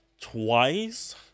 twice